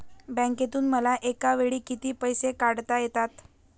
बँकेतून मला एकावेळी किती पैसे काढता येतात?